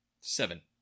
seven